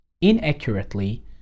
inaccurately